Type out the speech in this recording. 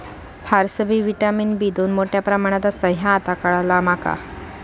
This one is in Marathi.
फारसबी व्हिटॅमिन बी दोन मोठ्या प्रमाणात असता ह्या आता काळाला माका